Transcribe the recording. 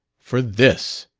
for this,